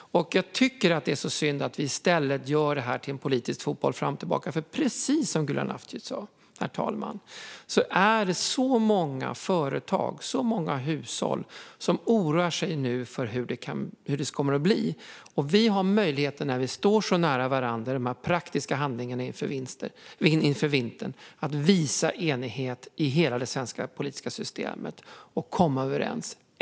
Det är så synd att vi i stället gör det till en politisk fotboll fram och tillbaka. Herr talman! Det är precis som Gulan Avci sa. Det är så många företag, så många hushåll som nu oroar sig för hur det kommer att bli. Vi har när vi står så nära varandra möjligheten att komma överens om de praktiska handlingarna inför vintern och visa enighet i hela det svenska politiska systemet och komma överens.